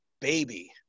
baby